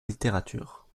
littérature